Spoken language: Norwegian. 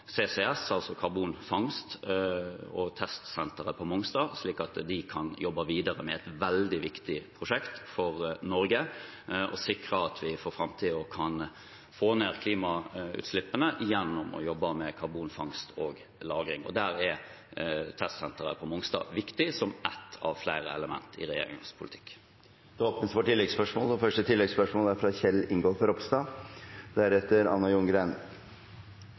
CCS, altså karbonfangst og testsenteret på Mongstad, slik at de kan jobbe videre med et veldig viktig prosjekt for Norge og sikre at vi for framtiden kan få ned klimagassutslippene gjennom å jobbe med karbonfangst og -lagring. Der er testsenteret på Mongstad viktig, som ett av flere element i regjeringens politikk. Det åpnes for oppfølgingsspørsmål – først Kjell Ingolf Ropstad.